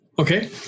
Okay